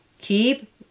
Keep